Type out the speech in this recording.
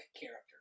character